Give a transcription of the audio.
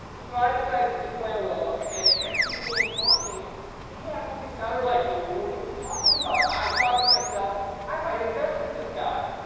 so i decided to play along, and as he began talking he actually sounded like he knew what he was talking about. i thought to myself, i might invest with this guy,